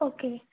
okay